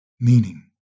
meaning